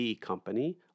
company